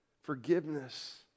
forgiveness